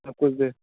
آپ کچھ دیر